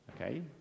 okay